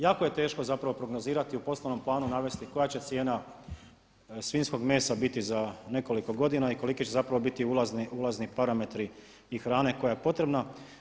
Jako je teško zapravo prognozirat, u poslovnom planu navesti koja će cijena svinjskog mesa biti za nekoliko godina i koliki će zapravo biti ulazni parametri i hrane koja je potrebna.